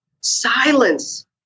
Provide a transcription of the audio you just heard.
silence